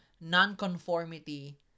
non-conformity